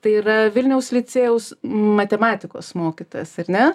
tai yra vilniaus licėjaus matematikos mokytojas ar ne